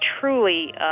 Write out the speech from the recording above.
truly